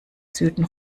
süden